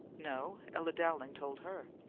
no. ella dowling told her.